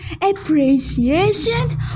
appreciation